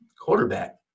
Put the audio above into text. Quarterback